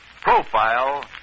profile